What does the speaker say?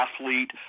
athlete